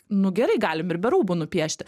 nu gerai galim ir be rūbų nupiešti